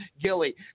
Gilly